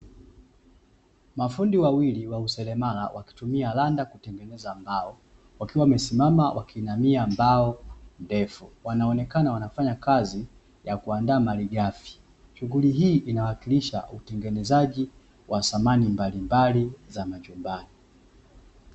Mafundi wawili wa useremala, wakitumia randa kutengeneza mbao, wakiwa wamesimama wakiinamia, ambao ndefu, wanaonekana wanafanya kazi ya kuandaa malighafi. Shughuli hii inawakilisha utengenezaji wa samani mbalimbali za majumbani.